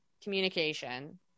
communication